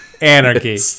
anarchy